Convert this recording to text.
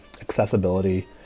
accessibility